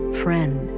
friend